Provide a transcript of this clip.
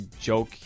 joke